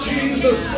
Jesus